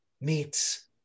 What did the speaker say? meets